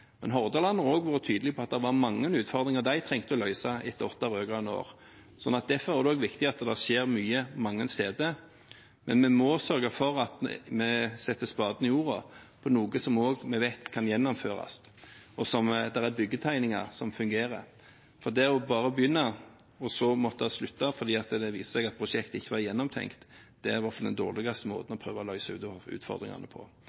Men Hordaland har også vært tydelig på at det var mange utfordringer de trengte å løse etter åtte rød-grønne år. Derfor er det også viktig at det skjer mye mange steder. Men vi må sørge for at vi setter spaden i jorda på noe som vi vet kan gjennomføres, der det er byggetegninger som fungerer, for det å bare begynne og så måtte slutte fordi det viser seg at prosjektet ikke var gjennomtenkt, er iallfall den dårligste måten å prøve å løse utfordringene på.